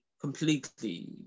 completely